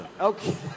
Okay